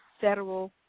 federal